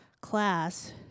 class